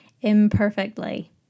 imperfectly